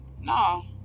No